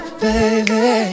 baby